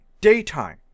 daytime